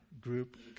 group